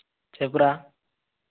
చెప్పురా